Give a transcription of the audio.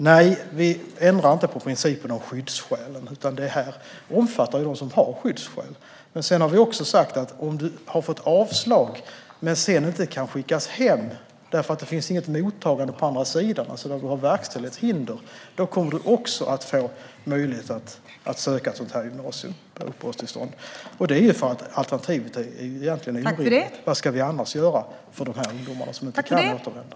Nej, vi ändrar inte på principen om skyddsskälen, utan det här omfattar dem som har skyddsskäl. Men sedan har vi också sagt att om du har fått avslag men sedan inte kan skickas hem därför att det inte finns något mottagande på andra sidan, alltså att det finns verkställighetshinder, kommer du att få möjlighet att söka ett sådant här uppehållstillstånd för gymnasiestudier. Det är för att alternativet är orimligt. Vad ska vi annars göra för de här ungdomarna som inte kan återvända?